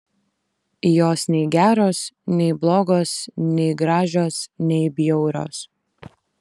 jos nei geros nei blogos nei gražios nei bjaurios